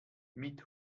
mit